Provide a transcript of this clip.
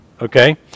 Okay